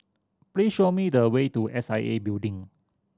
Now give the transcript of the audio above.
please show me the way to S I A Building